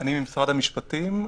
אני ממשרד המשפטים,